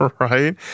right